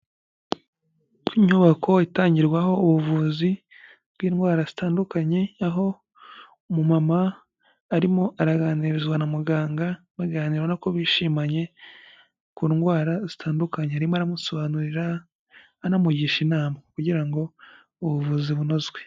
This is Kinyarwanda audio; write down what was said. Inyubako itangirwaho ubuvuzi bw'indwara zitandukanye, aho umumama arimo araganirizwa na muganga, baganira ubona ko bishimanye, ku ndwara zitandukanye. Arimo aramusobanurira, anamugisha inama kugira ngo ubuvuzi bunozwe.